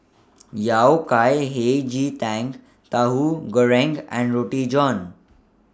Yao Cai Hei Ji Tang Tahu Goreng and Roti John